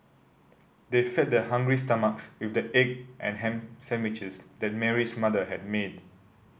they fed their hungry stomachs with the egg and ham sandwiches that Mary's mother had made